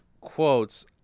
quotes